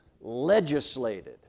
legislated